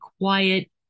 quiet